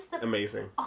amazing